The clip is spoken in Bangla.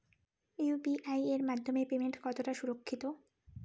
ইউ.পি.আই এর মাধ্যমে পেমেন্ট কতটা সুরক্ষিত?